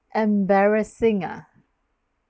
embarrassing ah